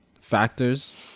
factors